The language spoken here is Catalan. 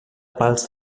pals